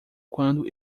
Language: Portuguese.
quando